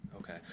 Okay